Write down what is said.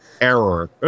error